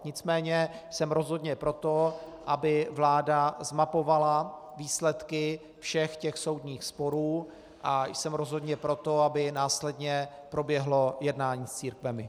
Nicméně jsem rozhodně pro to, aby vláda zmapovala výsledky všech soudních sporů, a jsem rozhodně pro to, aby následně proběhlo jednání s církvemi.